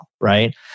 right